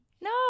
No